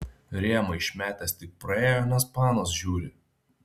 rėmą išmetęs tik praėjo nes panos žiūri